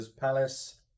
Palace